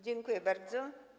Dziękuję bardzo.